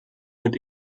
mit